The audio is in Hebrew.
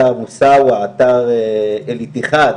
אתר מוסאוא, אתר אל איתיחאד